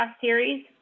series